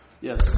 yes